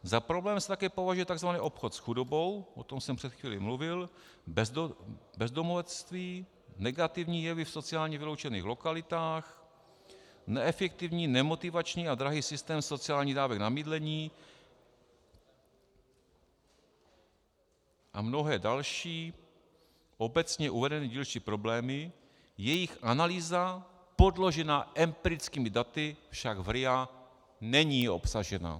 Za problém se také považuje tzv. obchod s chudobou o tom jsem před chvílí mluvil , bezdomovectví, negativní jevy v sociálně vyloučených lokalitách, neefektivní, nemotivační a drahý systém sociálních dávek na bydlení a mnohé další obecně uvedené dílčí problémy, jejich analýza podložená empirickými daty však v RIA není obsažena.